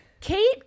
Kate